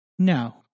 No